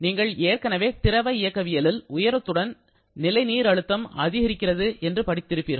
நீங்கள் ஏற்கனவே திரவ இயக்கவியலில் உயரத்துடன் நிலைநீர்அழுத்தம் அதிகரிக்கிறது என்று படித்திருப்பீர்கள்